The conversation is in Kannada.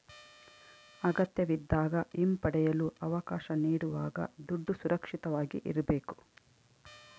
ಅಗತ್ಯವಿದ್ದಾಗ ಹಿಂಪಡೆಯಲು ಅವಕಾಶ ನೀಡುವಾಗ ದುಡ್ಡು ಸುರಕ್ಷಿತವಾಗಿ ಇರ್ಬೇಕು